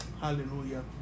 Hallelujah